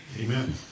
Amen